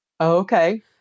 Okay